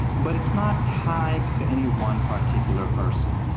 but it's not tied to any one particular person.